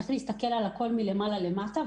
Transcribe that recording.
צריך להסתכל על הכול מלמעלה למטה,